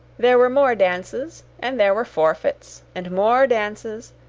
there were more dances, and there were forfeits, and more dances,